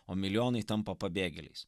o milijonai tampa pabėgėliais